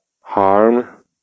harm